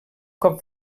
cop